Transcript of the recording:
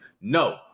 No